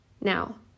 now